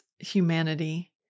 humanity